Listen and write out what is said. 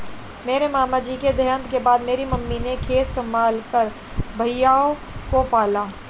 मेरे मामा जी के देहांत के बाद मेरी मामी ने खेत संभाल कर मेरे भाइयों को पाला